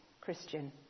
Christian